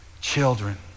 children